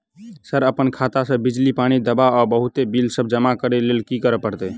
Sir अप्पन खाता सऽ बिजली, पानि, दवा आ बहुते बिल सब जमा करऽ लैल की करऽ परतै?